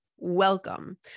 Welcome